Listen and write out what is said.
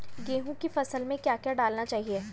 गेहूँ की फसल में क्या क्या डालना चाहिए?